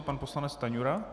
Pan poslanec Stanjura?